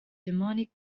demonic